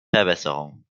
verbesserung